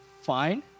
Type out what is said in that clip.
Fine